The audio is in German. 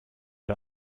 der